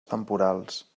temporals